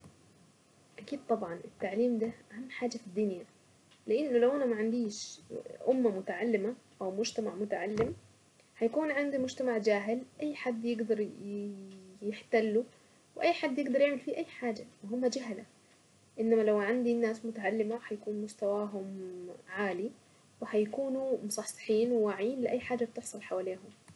اكيد طبعا التعليم ده اهم حاجة في الدنيا لان لو انا ما عنديش امة متعلمة او مجتمع متعلم هيكون عندي مجتمع جاهل اي حد يقدر يحتله واي حد يقدر يعمل فيه اي حاجة وهم جهلة انما لو عندي الناس متعلمة هيكون مستواهم عالي وهيكونوا مثقفين وواعين لاي حاجة بتحصل حواليهم.